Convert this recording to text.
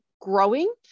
growing